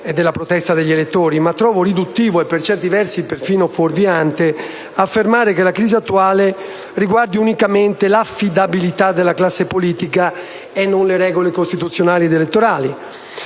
e della protesta degli elettori, ma trovo riduttivo e, per certi versi, persino fuorviante, affermare che la crisi attuale riguardi unicamente l'affidabilità della classe politica e non le regole costituzionali ed elettorali,